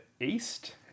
east